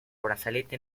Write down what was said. brazalete